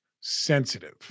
sensitive